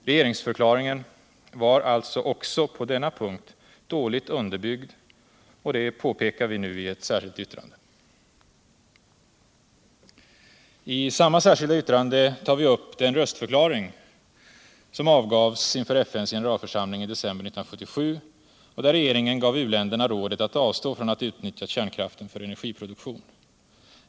Regeringsförklaringen var alltså också på denna punkt dåligt underbyggd, och det påpekar vi nu i ett särskilt yttrande. I samma särskilda yttrande tar vi upp den röstförklaring som avgavs inför FN:s generalförsamling i december 1977 och där regeringen gav u-länderna rådet att avstå från att utnyttja kärnkraften för energiproduktion.